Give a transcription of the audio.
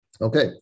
Okay